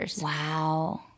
Wow